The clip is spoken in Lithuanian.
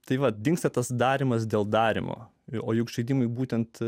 tai va dingsta tas darymas dėl darymo o juk žaidimui būtent